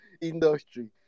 industry